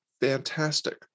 Fantastic